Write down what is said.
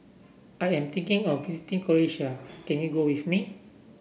I am thinking of visiting Croatia can you go with me